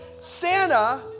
Santa